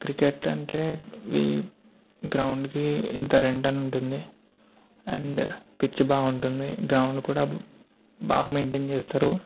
cricket అంటే అవి గ్రౌండ్కి ఇంత రెంట్ అని ఉంటుంది అండ్ పిచ్ బాగుంటుంది గ్రౌండ్ కూడా బాగా మెయింటైన్ చేస్తారు